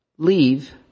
Leave